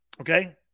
Okay